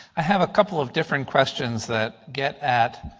i have a couple of different questions that get at